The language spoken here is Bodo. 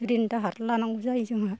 रिन दाहार लानांगौ जायो जोंहा